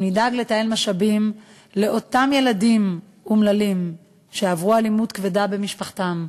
אם נדאג לתעל משאבים לאותם ילדים אומללים שעברו אלימות כבדה במשפחתם,